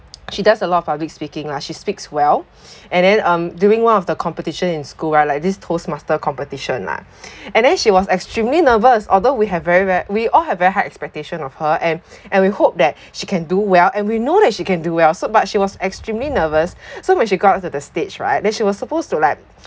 she does a lot of public speaking lah she speaks well and then um during one of the competition in school right like this toast masters competition lah and then she was extremely nervous although we have very very we all have very high expectation of her and and we hope that she can do well and we know that she can do well so but she was extremely nervous so when she go up to the stage right then she was supposed to like